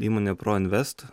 įmonę pro invest